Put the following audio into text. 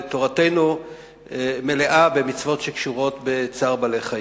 תורתנו מלאה במצוות שקשורות בצער בעלי-חיים,